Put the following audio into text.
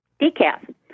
decaf